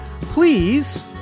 please